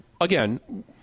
Again